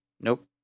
Nope